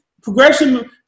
Progression